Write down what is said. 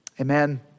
Amen